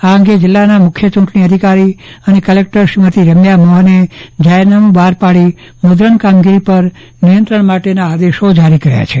આ અંગે જિલ્લાના મુખ્ય ચૂંટણી અધિકારી અને કલેકટર શ્રીમતી રેમ્યા મોહને જાહેરનાુમં બહાર પાડી મુદ્રણ કામગીરી પર નિયંત્રણ માટેના આદેશ જારી કર્યા છે